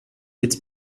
it’s